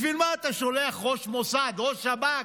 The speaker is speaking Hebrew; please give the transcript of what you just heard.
בשביל מה אתה שולח ראש מוסד, ראש שב"כ,